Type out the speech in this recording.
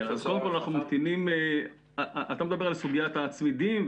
אתה מדבר על הצמידים,